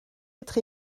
être